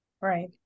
Right